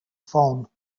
phone